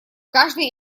каждый